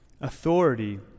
authority